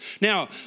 Now